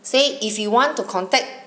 say if you want to contact